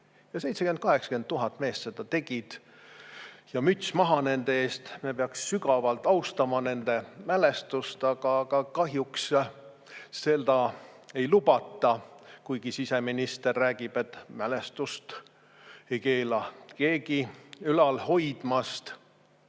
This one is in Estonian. – 80 000 meest seda tegid. Ja müts maha nende ees! Me peaksime sügavalt austama nende mälestust. Aga kahjuks seda ei lubata, kuigi siseminister räägib, et mälestust ei keela keegi ülal hoidmast. Aga